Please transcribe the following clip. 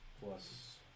plus